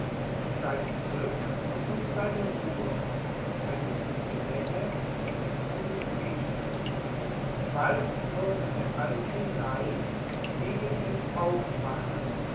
sein glück und seine ruhe wenn es ihm gelänge sie zu befriedigen bald würde der alte neid gegen ihn aufwachen